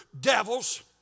devils